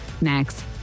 next